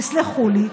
תסלחו לי,